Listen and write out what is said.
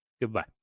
Goodbye